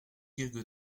quelque